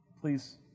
please